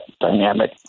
dynamic